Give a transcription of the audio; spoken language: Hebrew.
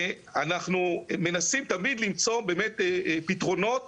ואנחנו מנסים תמיד למצוא באמת פתרונות